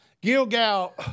Gilgal